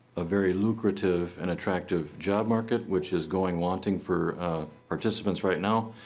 a very lucrative and attractive job market which is going wanting for participants right now